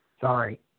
sorry